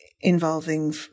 involving